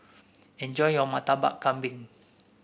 enjoy your Murtabak Kambing